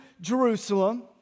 Jerusalem